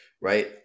right